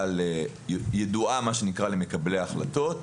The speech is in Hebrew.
ידועה למקבלי ההחלטות.